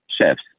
chefs